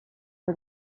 for